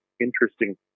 interesting